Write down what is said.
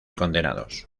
condenados